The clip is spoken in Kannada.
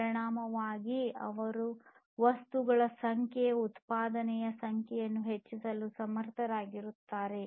ಪರಿಣಾಮವಾಗಿ ಅವರು ವಸ್ತುಗಳ ಸಂಖ್ಯೆಯ ಉತ್ಪಾದನೆಯ ಸಂಖ್ಯೆಯನ್ನು ಹೆಚ್ಚಿಸಲು ಸಮರ್ಥರಾಗಿದ್ದಾರೆ